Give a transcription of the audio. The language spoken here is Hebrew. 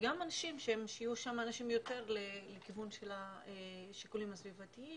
וגם שיהיו שם אנשים יותר לכיוון של השיקולים הסביבתיים.